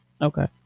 Okay